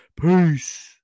Peace